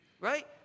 Right